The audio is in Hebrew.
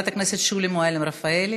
חברת הכנסת שולי מועלם-רפאלי.